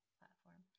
platform